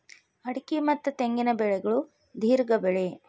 ಅಡಿಕೆ ಮತ್ತ ತೆಂಗಿನ ಬೆಳೆಗಳು ದೇರ್ಘ ಬೆಳೆ